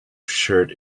shirt